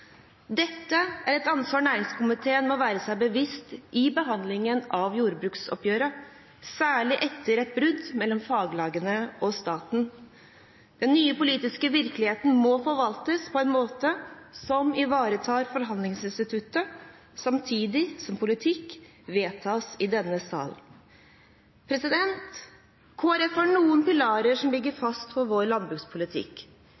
Dette er et ansvar næringskomiteen må være seg bevisst under behandlingen av jordbruksoppgjøret, særlig etter et brudd mellom faglagene og staten. Den nye politiske virkeligheten må forvaltes på en måte som ivaretar forhandlingsinstituttet, samtidig som politikk vedtas i denne sal. Kristelig Folkeparti har noen pilarer som ligger